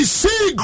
see